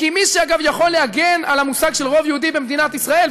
כי מי שאגב יכול להגן על המושג של רוב יהודי במדינת ישראל,